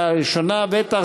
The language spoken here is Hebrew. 2016,